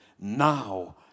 now